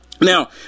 now